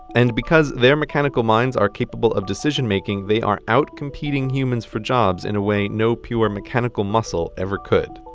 and because their mechanical minds are capable of decision making they are out-competing humans for jobs in a way no pure mechanical muscle ever could.